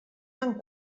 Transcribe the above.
tant